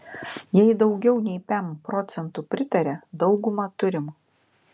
jei daugiau nei pem procentų pritaria daugumą turim